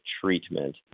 treatment